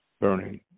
burning